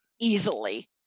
easily